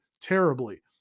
terribly